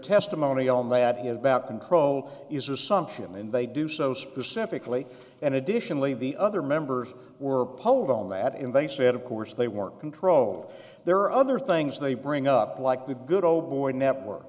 testimony on that is about control is assumption and they do so specifically and additionally the other members were polled on that in they said of course they weren't controlled there are other things they bring up like the good old boy network